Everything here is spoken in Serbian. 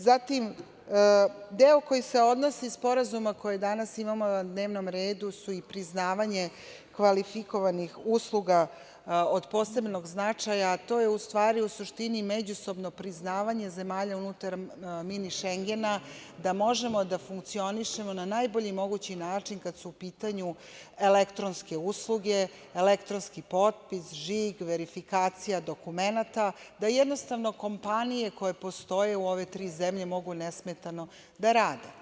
Zatim, deo koji se odnosi na sporazume koje danas imamo na dnevnom redu su i priznavanje kvalifikovanih usluga od posebnog značaja, a to je u stvari, u suštini, međusobno priznavanje zemalja unutar „mini Šengena“ da možemo da funkcionišemo na najbolji mogući način kad su u pitanju elektronske usluge, elektronski potpis, žig, verifikacija dokumenata, da jednostavno kompanije koje postoje u ove tri zemlje mogu nesmetano da rade.